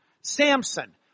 Samson